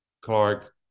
Clark